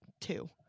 two